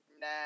nah